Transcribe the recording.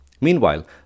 Meanwhile